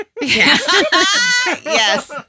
yes